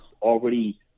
already